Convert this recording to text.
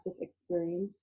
experience